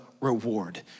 reward